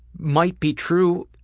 might be true,